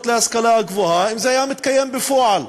להשכלה הגבוהה אם זה היה מתקיים בפועל,